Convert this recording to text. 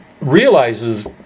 realizes